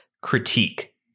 critique